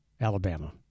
Alabama